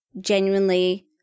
genuinely